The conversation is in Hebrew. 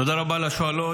תודה רבה לשואלות.